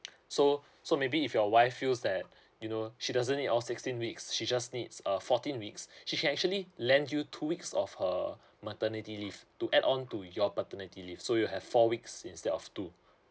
so so maybe if your wife feels that you know she doesn't need all sixteen weeks she just needs uh fourteen weeks she can actually lend you two weeks of her maternity leave to add on to your paternity leave so you have four weeks instead of two